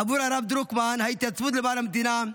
עבור הרב דרוקמן, ההתייצבות למען המדינה,